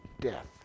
death